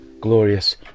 glorious